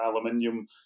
aluminium